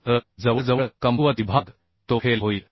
तर जवळजवळ कमकुवत विभाग तो फेल होईल